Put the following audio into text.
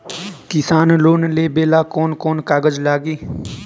किसान लोन लेबे ला कौन कौन कागज लागि?